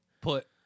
put